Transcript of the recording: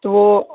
تو